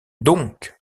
donc